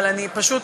אבל אני פשוט,